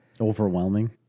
overwhelming